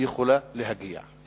היא יכולה להגיע,